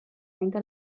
nende